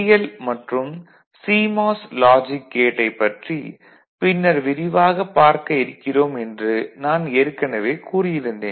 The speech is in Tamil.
எல் மற்றும் சிமாஸ் லாஜிக் கேட்டைப் பற்றி பின்னர் விரிவாக பார்க்க இருக்கிறோம் என்று நான் ஏற்கனவே கூறியிருந்தேன்